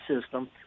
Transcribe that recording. system